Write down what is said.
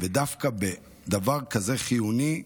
ודווקא בדבר כזה חיוני,